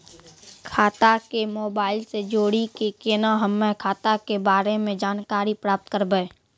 खाता के मोबाइल से जोड़ी के केना हम्मय खाता के बारे मे जानकारी प्राप्त करबे?